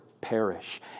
perish